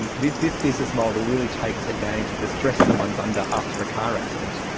and this this business model really takes advantage of the stress someone is under after a car accident.